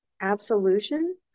absolution